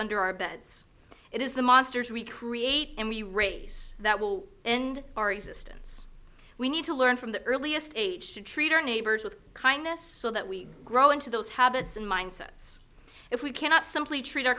under our beds it is the monsters we create and the race that will end our existence we need to learn from the earliest age to treat our neighbors with kindness so that we grow into those habits and mindsets if we cannot simply treat